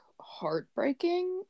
heartbreaking